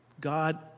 God